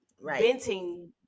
venting